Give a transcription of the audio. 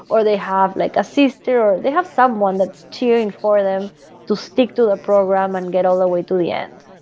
they have like a sister or they have someone that's cheering for them to stick to the program and get all the way till the end.